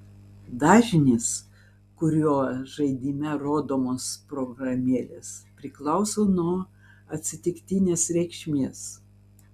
dažnis kuriuo žaidime rodomos programėlės priklauso nuo atsitiktinės reikšmės